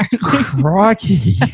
Crikey